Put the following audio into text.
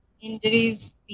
injuries